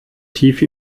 tief